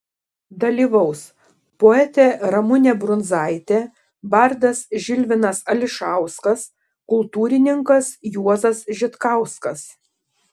dalyvaus poetė ramunė brundzaitė bardas žilvinas ališauskas kultūrininkas juozas žitkauskas